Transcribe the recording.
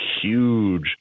huge